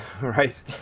right